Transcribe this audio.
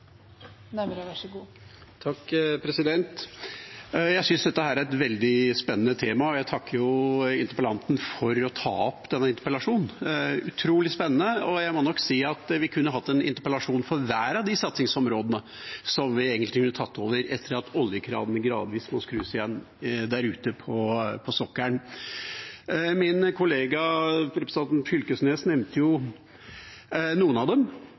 et veldig spennende tema og vil takke interpellanten for å ta opp denne interpellasjonen. Det er utrolig spennende, og jeg må si at vi kunne hatt en interpellasjon for hver av de satsingsområdene som egentlig vil ta over etter at oljekranene gradvis må skrus igjen der ute på sokkelen. Min kollega, representanten Knag Fylkesnes, nevnte noen av dem